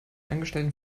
angestellten